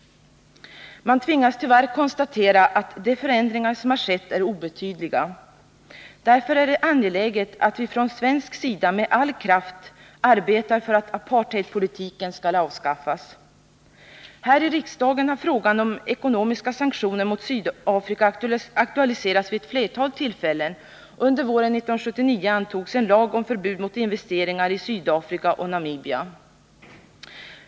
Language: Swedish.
Man tvingas tyvärr konstatera att de förändringar som har skett är obetydliga. Därför är det angeläget att vi från svensk sida med all kraft arbetar för att apartheidpolitiken skall avskaffas. Här i riksdagen har frågan om ekonomiska sanktioner mot Sydafrika aktualiserats vid ett flertal tillfällen, och under våren 1979 antogs en lag om förbud mot 179 investeringar i Sydafrika och Namibia.